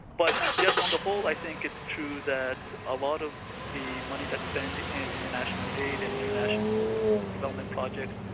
but yes, on the whole, i think it's true that a lot of the money that's spent in international aid and international development projects,